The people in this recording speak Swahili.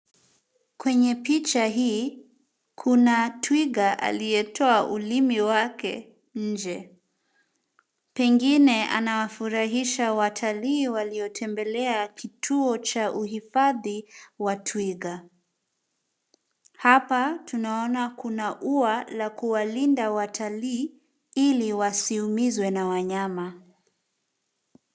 Kwenye picha hiii kuna twiga aliyetoa ulimi wake nje, pengine anawafurahisha watalii waliotembelea kituo cha uhifadhi wa twiga. Hapa tunaoana kuna ua la kuwalinda watalii iliwasiumizwe na wanyama.